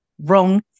Wrong